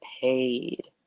paid